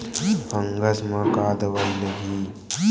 Fungus म का दवाई लगी?